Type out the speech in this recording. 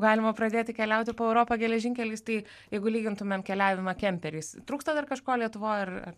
galima pradėti keliauti po europą geležinkeliais tai jeigu lygintumėm keliavimą kemperiais trūksta dar kažko lietuvoj ar